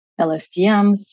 LSTMs